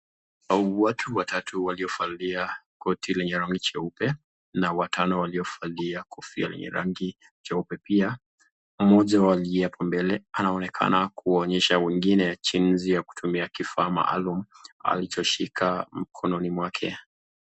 Watu watatu waliovalia koti lenye rangi jeupe na watano waliovalia kofia jeupe pia. Mmoja aliye hapo mbele anawaonyesha wengine jinsi ya kutumia kifaa maalum alichoshika mkononi mwake.